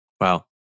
Wow